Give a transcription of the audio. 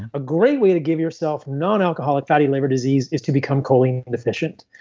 a great way to give yourself nonalcoholic fatty liver disease is to become choline inefficient.